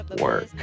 work